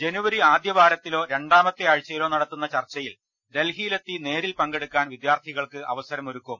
ജനുവരി ആദ്യവാരത്തിലോ രണ്ടാമത്തെ ആഴ്ചയിലോ നടത്തുന്ന ചർച്ചയിൽ ഡൽഹിയിലെത്തി നേരിൽ പങ്കെടുക്കാൻ വിദ്യാർത്ഥികൾക്ക് അവസരം ഒരുക്കും